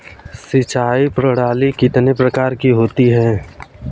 सिंचाई प्रणाली कितने प्रकार की होती हैं?